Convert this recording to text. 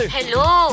Hello